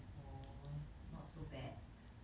orh not so bad